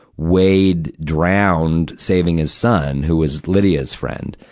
wade drowned saving his son, who was lydia's friend.